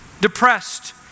depressed